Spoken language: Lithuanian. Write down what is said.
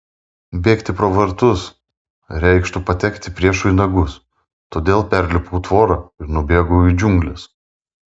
bėgti pro vartus reikštų patekti priešui į nagus todėl perlipau tvorą ir nubėgau į džiungles